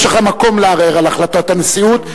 יש לך מקום לערער על החלטת הנשיאות.